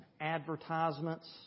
advertisements